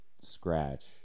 scratch